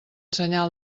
senyal